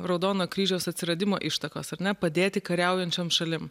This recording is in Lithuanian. raudono kryžiaus atsiradimo ištakos ar ne padėti kariaujančiom šalim